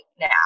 now